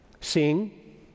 sing